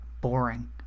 boring